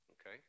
Okay